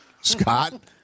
Scott